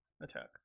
attack